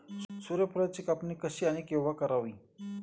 सूर्यफुलाची कापणी कशी आणि केव्हा करावी?